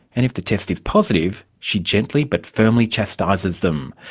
and if the test is positive, she gently but firmly chastises them.